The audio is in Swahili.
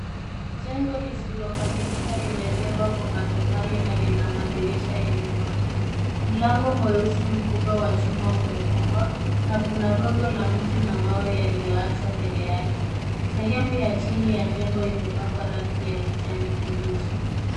Jengo lisilo kamilika limejengwa kwa matofali na lina madirisha yenye nondo. Mlango mweusi wa chuma limefungwa na kuna gogo la mti na mawe yaliyoachwa mbele yake. Sehemu ya chini ya jengo imepakwa rangi ya kijani kibichi.